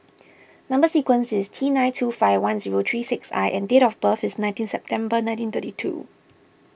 Number Sequence is T nine two five one zero three six I and date of birth is nineteen September nineteen thirty two